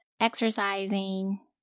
exercising